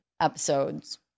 episodes